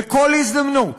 בכל הזדמנות,